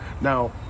now